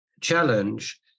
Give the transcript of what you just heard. challenge